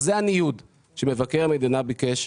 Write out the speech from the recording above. זה לא איזה שהוא רצון להחזיק בקרנות המזבח,